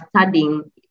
studying